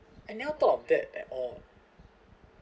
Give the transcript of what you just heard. I never thought of that at all